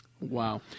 Wow